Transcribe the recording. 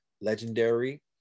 legendary